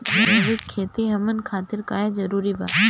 जैविक खेती हमन खातिर काहे जरूरी बा?